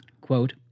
quote